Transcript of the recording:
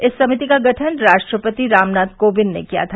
इस समिति का गठन राष्ट्रपति रामनाथ कोविंद ने किया था